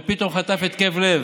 ופתאום חטף התקף לב.